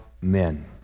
men